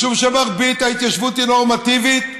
משום שמרבית ההתיישבות היא נורמטיבית,